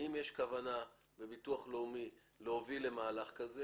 האם יש כוונה בביטוח לאומי להוביל למהלך כזה